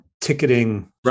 ticketing